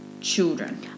children